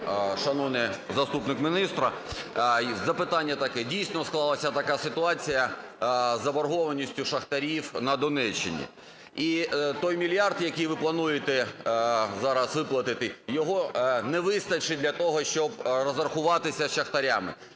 Шановний заступник міністра, запитання таке. Дійсно, склалася така ситуація із заборгованості шахтарів на Донеччині. І той мільярд, який ви плануєте зараз виплатити, його не вистачить для того, щоб розрахуватися з шахтарями.